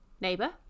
neighbor